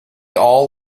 all